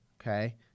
okay